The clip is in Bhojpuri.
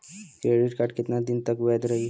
क्रेडिट कार्ड कितना दिन तक वैध रही?